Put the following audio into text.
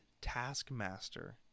taskmaster